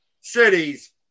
cities